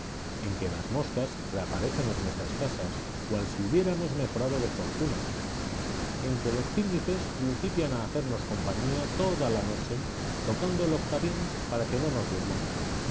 en que las moscas reaparecen en nuestras casas cual si hubiéramos mejorado de fortuna en que los cínifes principian a hacernos compañía toda la noche tocando el octavín para que no nos durmamos